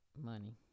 Money